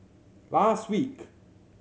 last week